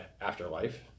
Afterlife